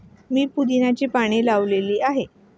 मी पुदिन्याची पाने लावली आहेत